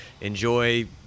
enjoy